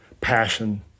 passion